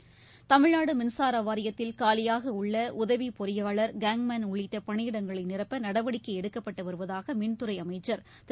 தமிழ்நாடு மின்சார வாரியத்தில் காலியாக உள்ள உதவி பொறியாளர் கேங்மேன் உள்ளிட்ட பணியிடங்களை நிரப்ப நடவடிக்கை எடுக்கப்பட்டு வருவதாக மின்துறை அமைச்சர் திரு